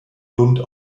lund